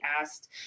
asked